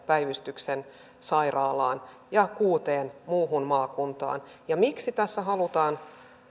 päivystyksen sairaalaan ja kuuden muuhun maakuntaan ja miksi tässä halutaan